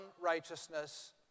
righteousness